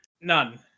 None